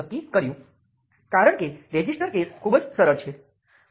તેવી જ રીતે આ એક આ અને તે માટે સમાન છે